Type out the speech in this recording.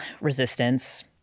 resistance